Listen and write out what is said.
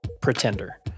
pretender